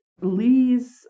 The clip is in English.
Lee's